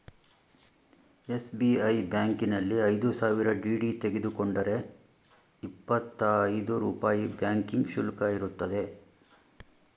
SBI ಬ್ಯಾಂಕಿನಲ್ಲಿ ಐದು ಸಾವಿರ ಡಿ.ಡಿ ತೆಗೆದುಕೊಂಡರೆ ಇಪ್ಪತ್ತಾ ಐದು ರೂಪಾಯಿ ಬ್ಯಾಂಕಿಂಗ್ ಶುಲ್ಕ ಇರುತ್ತದೆ